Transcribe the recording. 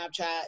Snapchat